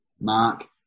Mark